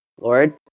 Lord